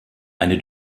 eine